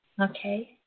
Okay